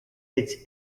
its